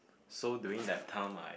so during that time I